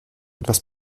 etwas